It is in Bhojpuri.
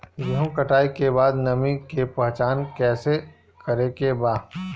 गेहूं कटाई के बाद नमी के पहचान कैसे करेके बा?